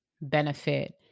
benefit